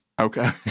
Okay